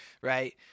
right